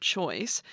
Choice